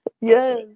Yes